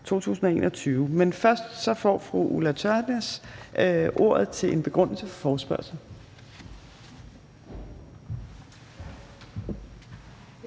Men først får fru Ulla Tørnæs ordet til en begrundelse for forespørgslen.